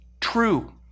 true